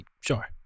sure